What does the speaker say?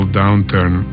downturn